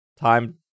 time